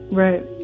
right